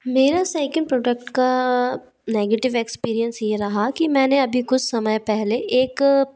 मेरा second product का negative experience ये रहा कि मैंने अभी कुस समय पहले एक